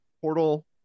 portal